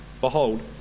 Behold